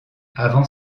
avant